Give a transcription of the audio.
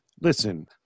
listen